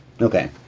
Okay